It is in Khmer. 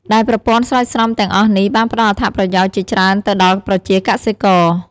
ដែលប្រព័ន្ធស្រោចស្រពទាំងអស់នេះបានផ្ដល់អត្ថប្រយោជន៍ជាច្រើនទៅដល់ប្រជាកសិករ។